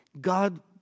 God